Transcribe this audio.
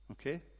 Okay